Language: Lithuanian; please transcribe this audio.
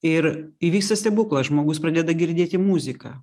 ir įvyksta stebuklas žmogus pradeda girdėti muziką